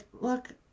look